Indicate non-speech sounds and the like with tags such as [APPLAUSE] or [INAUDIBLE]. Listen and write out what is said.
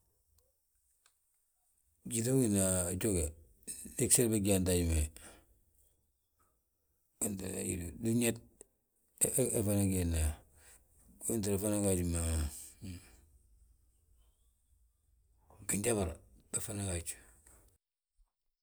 gyíŧi ma gina ajoge ndi gsel bég yaanta haj, [HESITATION] hetele hidύ dύñet, he fana geedma, hetele fana gaaji ma, ginjabra bég fana gaaj